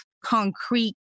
concrete